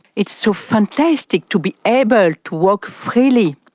it's so fantastic to be able to walk freely,